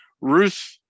Ruth